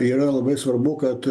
yra labai svarbu kad